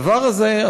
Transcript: הדבר הזה,